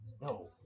no